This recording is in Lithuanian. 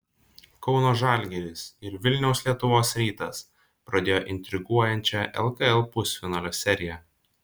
kauno žalgiris ir vilniaus lietuvos rytas pradėjo intriguojančią lkl pusfinalio seriją